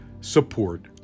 support